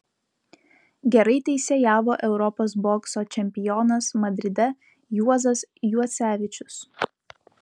gerai teisėjavo europos bokso čempionas madride juozas juocevičius